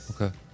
okay